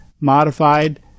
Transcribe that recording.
modified